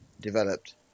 developed